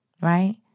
right